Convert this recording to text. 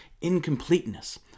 incompleteness